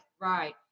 right